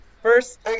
First